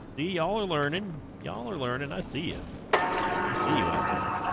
y'all are learning y'all are learning i see you i see you out there